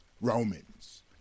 Romans